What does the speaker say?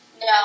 No